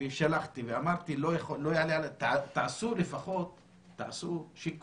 ושלחתי ואמרתי שלא יעלה על ה תעשו לפחות שיקום,